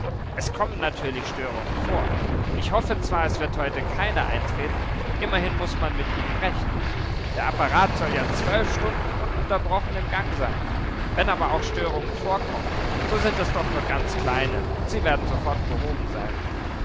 es kommen natürlich störungen vor ich hoffe zwar es wird heute keine eintreten immerhin muß man mit ihnen rechnen der apparat soll ja zwölf stunden ununterbrochen im gang sein wenn aber auch störungen vorkommen so sind es doch nur ganz kleine und sie werden sofort behoben sein